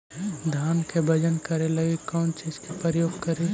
धान के बजन करे लगी कौन चिज के प्रयोग करि?